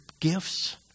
gifts